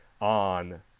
on